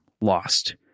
lost